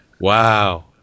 Wow